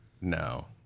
No